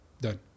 done